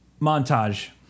montage